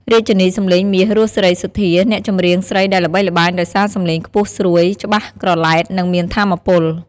រាជិនីសំឡេងមាស រស់ សេរីសុទ្ធា អ្នកចម្រៀងស្រីដែលល្បីល្បាញដោយសារសំឡេងខ្ពស់ស្រួយ ច្បាស់ក្រឡែត និងមានថាមពល។